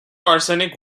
arsenic